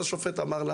אז השופט אמר לה